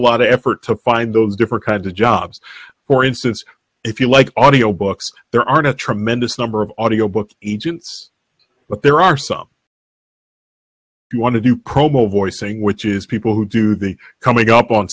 lot of effort to find those different kinds of jobs for instance if you like audio books there aren't a tremendous number of audio books egypt's but there are some you want to do promo voicing which is people who do the coming up on